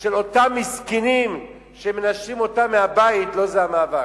של אותם מסכנים שמנשלים אותם מהבית, לא זה המאבק.